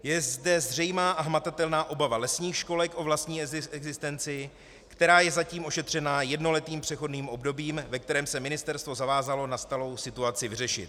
Je zde zřejmá a hmatatelná obava lesních školek o vlastní existenci, která je zatím ošetřena jednoletým přechodným obdobím, ve kterém se ministerstvo zavázalo nastalou situaci vyřešit.